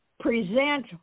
present